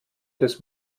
des